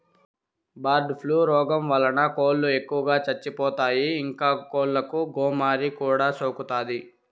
bird flu రోగం వలన కోళ్ళు ఎక్కువగా చచ్చిపోతాయి, ఇంకా కోళ్ళకు గోమారి కూడా సోకుతాది